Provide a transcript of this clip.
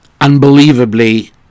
unbelievably